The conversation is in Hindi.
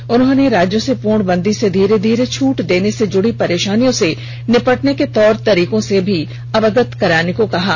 श्री मोदी ने राज्यों से पूर्णबंदी से घीरे घीरे छूट देने से जुड़ी परेशानियों से निपटने के तौर तरीकों से भी अवगत कराने को कहा है